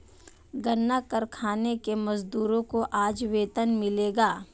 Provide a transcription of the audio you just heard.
गन्ना कारखाने के मजदूरों को आज वेतन मिलेगा